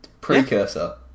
Precursor